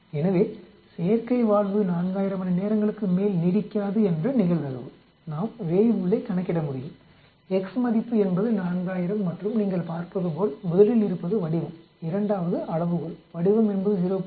எனவே செயற்கை வால்வு 4000 மணி நேரங்களுக்கும் மேல் நீடிக்காது என்ற நிகழ்தகவு நாம் வேய்புல்லைக் கணக்கிட முடியும் x மதிப்பு என்பது 4000 மற்றும் நீங்கள் பார்ப்பதுபோல் முதலில் இருப்பது வடிவம் இரண்டாவது அளவுகோள் வடிவம் என்பது 0